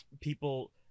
people